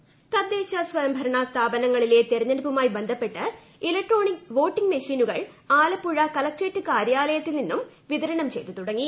തെരെഞ്ഞെടുപ്പ് ആലപ്പുഴ തദ്ദേശ സ്വയംഭരണ സ്ഥാപനങ്ങളിലെ തെരഞ്ഞെടുപ്പുമായി ബന്ധപ്പെട്ട് ഇലക്ട്രോണിക് വോട്ടിങ് മെഷീനുകൾ ആലപ്പുഴ കലക്ടറേറ്റ് കാര്യാലയത്തിൽ നിന്നും വിതരണം ചെയ്തു തുടങ്ങി